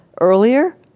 earlier